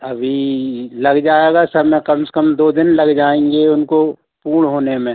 अभी लग जाएगा सर ना कम से कम दो दिन लग जाएँगे उनको पूर्ण होने में